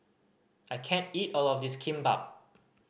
I can't eat all of this Kimbap